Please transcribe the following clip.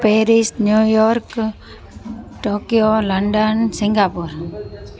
Paris New York Tokyo London Singapore